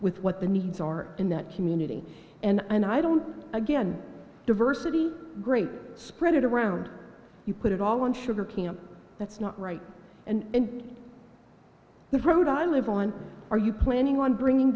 with what the needs are in that community and and i don't again diversity great spread it around you put it all in sugar camp that's not right and the road i live on are you planning on bringing